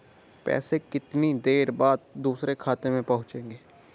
पैसे कितनी देर बाद दूसरे खाते में पहुंचेंगे?